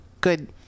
good